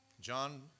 John